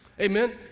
Amen